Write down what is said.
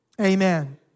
Amen